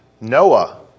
Noah